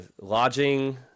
lodging